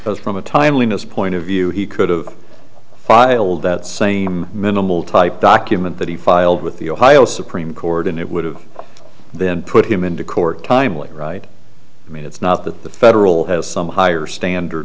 from a timeliness point of view he could have filed that same minimal type document that he filed with the ohio supreme court and it would have them put him into court timely right i mean it's not that the federal has some higher standard